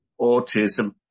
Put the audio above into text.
autism